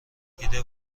دیده